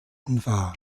wahr